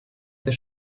the